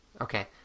Okay